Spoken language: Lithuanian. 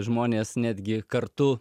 žmonės netgi kartu